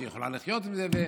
שהיא יכולה לחיות עם זה.